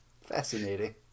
Fascinating